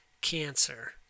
cancer